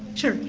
sure, yeah.